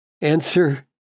Answer